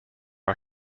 are